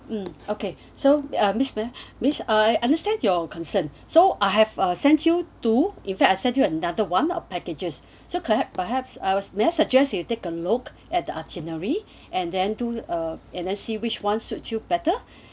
um okay so uh miss uh I understand your concern so I have sent you two in fact I send you another one of packages so perhaps I may I suggest you take a look at the itinerary and then to see which [one] suits you better